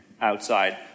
outside